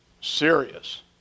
Serious